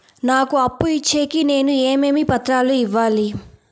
నాకు అప్పు ఇచ్చేకి నేను ఏమేమి పత్రాలు ఇవ్వాలి